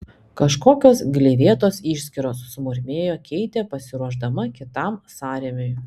kažkokios gleivėtos išskyros sumurmėjo keitė pasiruošdama kitam sąrėmiui